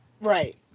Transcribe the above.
Right